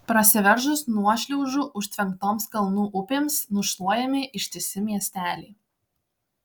prasiveržus nuošliaužų užtvenktoms kalnų upėms nušluojami ištisi miesteliai